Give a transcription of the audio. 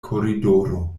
koridoro